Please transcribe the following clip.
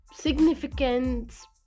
significance